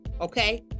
okay